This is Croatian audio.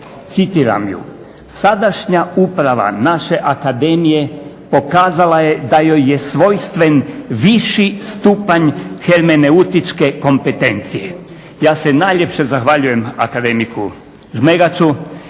Citiram ju: „Sadašnja uprava naše Akademije pokazala je da joj je svojstven viši stupanj hermeneutičke kompetencije.“ Ja se najljepše zahvaljujem akademiku Žmegaču